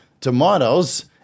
tomatoes